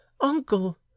uncle